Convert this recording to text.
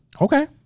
Okay